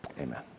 amen